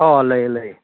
ꯑꯥ ꯂꯩꯌꯦ ꯂꯩꯌꯦ